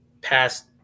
past